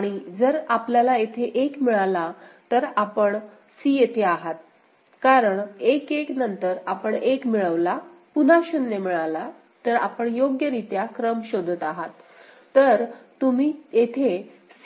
आणि जर आपल्याला येथे 1 मिळाला तर आपण c येथे आहात कारण 1 1 नंतर आपण 1 मिळविला पुन्हा 0 मिळाला तर आपण योग्यरित्या क्रम शोधत आहात तर तुम्ही येथे